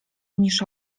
niż